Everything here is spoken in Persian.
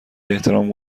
احترام